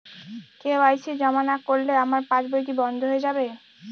KYC জমা না করলে আমার পাসবই কি বন্ধ হয়ে যাবে?